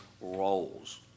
roles